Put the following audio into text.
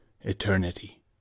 eternity